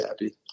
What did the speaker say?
happy